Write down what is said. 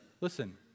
Listen